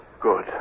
good